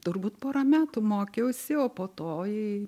turbūt porą metų mokiausi o po to į